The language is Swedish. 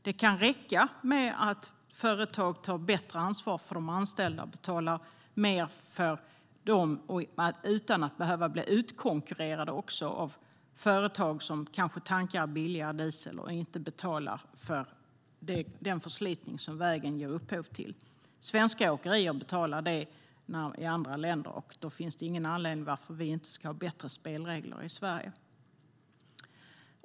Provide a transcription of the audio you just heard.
Det kan räcka med att företag tar bättre ansvar för de anställda och betalar mer för dem utan att behöva bli utkonkurrerade av företag som kanske tankar billigare diesel och inte betalar för den förslitning av vägen som de ger upphov till. Svenska åkerier betalar för det i andra länder. Då finns det ingen anledning att vi inte ska ha bättre spelregler i Sverige.